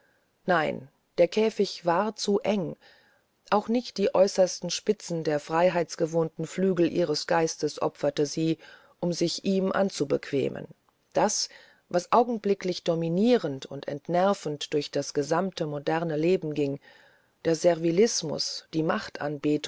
nein der käfig war zu eng auch nicht die äußersten spitzen der freiheitgewohnten flügel ihres geistes opferte sie um sich ihm anzubequemen das was augenblicklich dominierend und entnervend durch das gesammte moderne leben ging der servilismus die